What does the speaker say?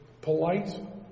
polite